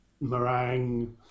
meringue